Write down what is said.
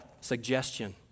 suggestion